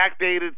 backdated